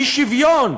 אי-שוויון.